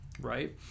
right